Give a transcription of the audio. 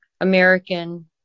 American